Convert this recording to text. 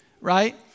right